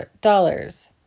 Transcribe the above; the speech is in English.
dollars